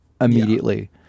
immediately